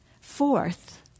Fourth